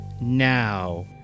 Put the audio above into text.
now